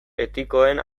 etikoen